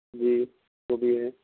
جی وہ بھی ہے